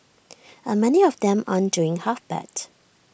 and many of them aren't doing half bad